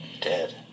dead